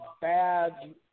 bad